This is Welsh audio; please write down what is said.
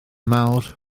mawr